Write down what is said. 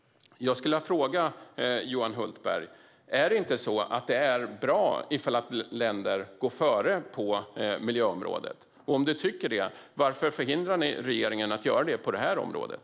Är det inte så, Johan Hultberg, att det är bra om länder går före på miljöområdet? Om du tycker så, varför förhindrar ni regeringen att göra så på miljöområdet?